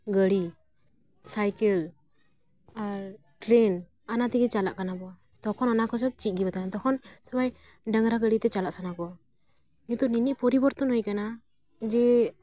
ᱜᱟᱹᱲᱤ ᱥᱟᱭᱠᱮᱞ ᱟᱨ ᱴᱨᱮᱱ ᱟᱱᱟᱛᱮᱜᱮ ᱪᱟᱞᱟᱜ ᱠᱟᱱᱟ ᱵᱚ ᱛᱚᱠᱷᱚᱱ ᱚᱱᱟ ᱠᱚᱫᱚ ᱪᱮᱫ ᱜᱮ ᱛᱟᱦᱮᱸ ᱠᱟᱱᱟ ᱛᱚᱠᱷᱚᱱ ᱥᱳᱢᱳᱭ ᱰᱟᱝᱨᱟ ᱜᱟᱹᱰᱤ ᱛᱮ ᱪᱟᱞᱟᱜ ᱥᱟᱱᱟ ᱠᱚᱣᱟ ᱱᱤᱛᱚᱜ ᱱᱤᱱᱟᱹᱜ ᱯᱚᱨᱤᱵᱚᱨᱛᱚᱱ ᱦᱩᱭᱟᱠᱟᱱᱟ ᱡᱮ